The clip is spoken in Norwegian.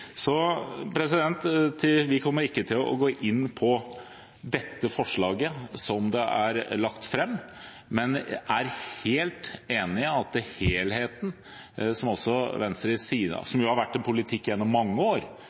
Vi kommer ikke til å støtte dette forslaget som det er lagt fram. Men vi er helt enig i at en må se på helheten – som har vært Venstres politikk gjennom mange år